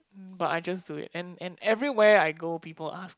but I just do it and and everywhere I go people ask